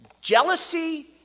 jealousy